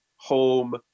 home